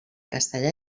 castellà